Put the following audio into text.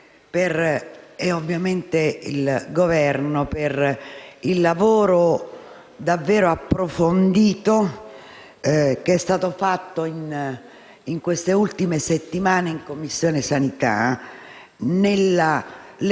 e ovviamente il Governo per il lavoro davvero approfondito che è stato fatto in queste ultime settimane in Commissione sanità nella